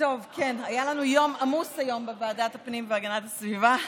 היה לנו יום עמוס היום בוועדת הפנים והגנת הסביבה.